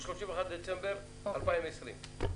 ב-31 לדצמבר 2020,